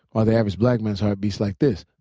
or the average black man's heart beats like this.